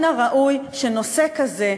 מן הראוי היה שנושא כזה,